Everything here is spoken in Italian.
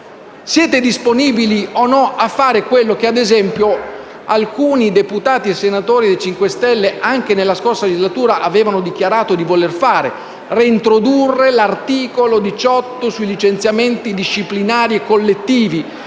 Siete disponibili o no a fare quello che, ad esempio, alcuni deputati e senatori 5 Stelle, anche nella scorsa legislatura, avevano dichiarato di voler fare, ovvero reintrodurre l'articolo 18 sui licenziamenti disciplinari e collettivi?